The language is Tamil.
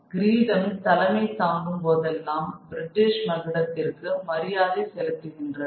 கிரீடம் தலைமை தாங்கும் போதெல்லாம் பிரிட்டிஷ் மகுடத்திற்கு மரியாதை செலுத்துகின்றன